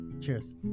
Cheers